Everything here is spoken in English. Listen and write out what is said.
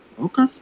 Okay